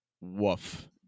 Woof